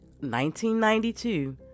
1992